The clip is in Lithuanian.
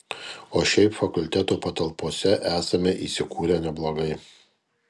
o šiaip fakulteto patalpose esame įsikūrę neblogai